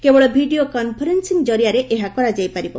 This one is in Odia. କେବଳ ଭିଡ଼ିଓ କନ୍ଫରେନ୍ୱିଂ କରିଆରେ ଏହା କରାଯାଇପାରିବ